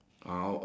the bird what